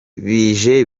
bije